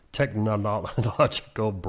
technological